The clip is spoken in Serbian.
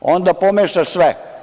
onda pomeša sve.